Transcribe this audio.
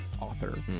author